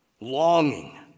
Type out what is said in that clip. longing